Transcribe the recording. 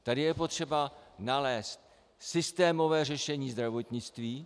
Tady je potřeba nalézt systémové řešení ve zdravotnictví.